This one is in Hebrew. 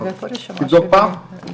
תבדוק פעם.